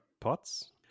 pots